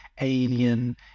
alien